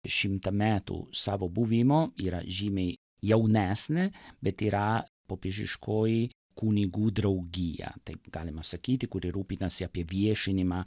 šimtą metų savo buvimo yra žymiai jaunesnė bet yra popiežiškoji kunigų draugija taip galima sakyti kuri rūpinasi apie viešinimą